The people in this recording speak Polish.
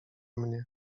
mnie